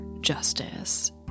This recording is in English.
Justice